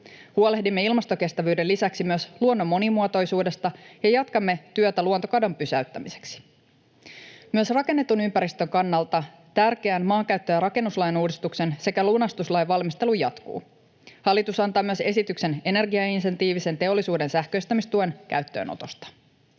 Huolehdimme ilmastokestävyyden lisäksi myös luonnon monimuotoisuudesta ja jatkamme työtä luontokadon pysäyttämiseksi. Myös rakennetun ympäristön kannalta tärkeän maankäyttö- ja rakennuslain uudistuksen sekä lunastuslain valmistelu jatkuu. Hallitus antaa myös esityksen energiaintensiivisen teollisuuden sähköistämistuen käyttöönotosta.